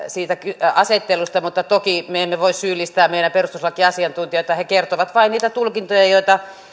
siitä asettelusta mutta toki me emme voi syyllistää meidän perustuslakiasiantuntijoitamme he kertovat vain niitä tulkintoja joita